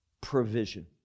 provision